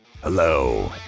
Hello